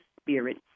spirit